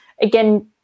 again